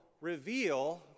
reveal